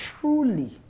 truly